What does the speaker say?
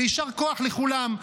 ויישר כוח לכולם,